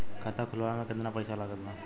खाता खुलावे म केतना पईसा लागत बा?